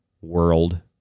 world